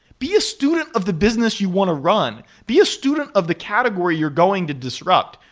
be a student of the business you want to run. be a student of the category you're going to disrupt.